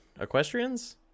Equestrians